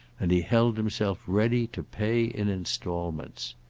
and he held himself ready to pay in instalments.